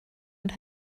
und